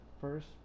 first